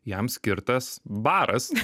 jam skirtas baras